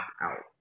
out